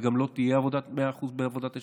וגם לא יהיה 100% בעבודת השיטור,